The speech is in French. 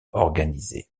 organisées